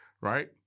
right